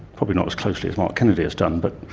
probably not as closely as mark kennedy has done but